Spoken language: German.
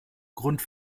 grund